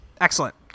Excellent